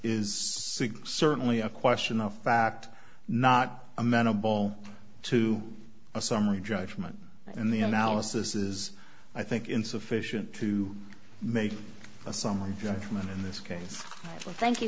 is certainly a question of fact not amenable to a summary judgment in the analysis is i think insufficient to make a summary judgment in this case thank you